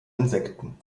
insekten